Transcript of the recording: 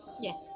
Yes